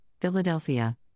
Philadelphia